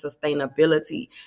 sustainability